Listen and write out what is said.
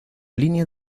línea